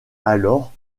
alors